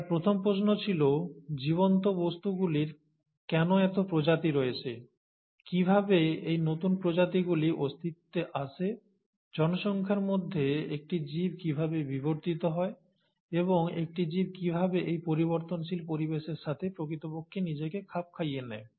তাঁর প্রথম প্রশ্ন ছিল জীবন্ত বস্তুগুলির কেন এত প্রজাতি রয়েছে কীভাবে এই নতুন প্রজাতিগুলি অস্তিত্বে আসে জনসংখ্যার মধ্যে একটি জীব কীভাবে বিবর্তিত হয় এবং একটি জীব কীভাবে এই পরিবর্তনশীল পরিবেশের সাথে প্রকৃতপক্ষে নিজেকে খাপ খাইয়ে নেয়